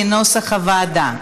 כנוסח הוועדה.